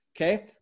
Okay